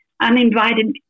uninvited